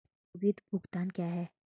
उपयोगिता भुगतान क्या हैं?